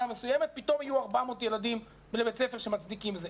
מסוימת פתאום יהיו 400 תלמידים בבית ספר שמצדיקים פתיחה.